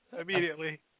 immediately